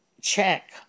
check